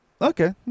Okay